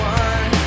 one